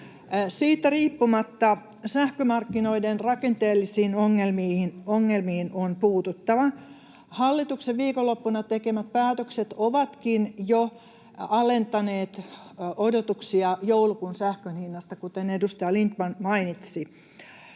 Siitä riippumatta sähkömarkkinoiden rakenteellisiin ongelmiin on puututtava. Hallituksen viikonloppuna tekemät päätökset ovatkin jo alentaneet odotuksia joulukuun sähkön hinnasta, kuten edustaja Lindt-man mainitsi.